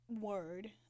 word